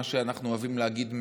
מה שאנחנו אוהבים להגיד,